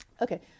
Okay